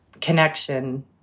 connection